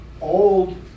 old